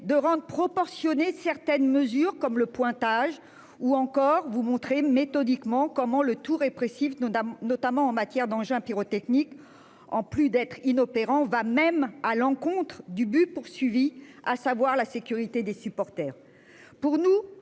de proportionnée certaines mesures comme le pointage ou encore vous montrez méthodiquement comment le tout répressif non notamment en matière d'engins pyrotechniques. En plus d'être inopérant va même à l'encontre du but poursuivi, à savoir la sécurité des supporters. Pour nous,